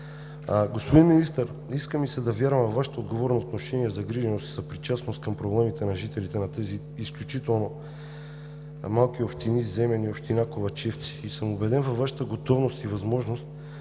Господин Министър, иска ми се да вярвам във Вашето отговорно отношение, загриженост и съпричастност към проблемите на жителите на тези изключително малки общини – Земен и Ковачевци, и съм убеден във Вашата готовност и възможност